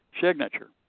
signature